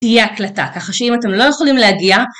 תהיה הקלטה, ככה שאם אתם לא יכולים להגיע